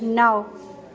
नौ